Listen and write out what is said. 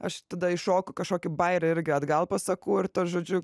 aš tada iššoku kažkokį bajerį ir atgal pasakau ir tas žodžiu